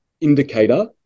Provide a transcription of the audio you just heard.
indicator